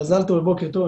מזל טוב ובוקר טוב.